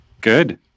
good